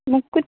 മൂക്കുറ്റി